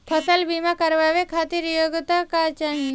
फसल बीमा करावे खातिर योग्यता का चाही?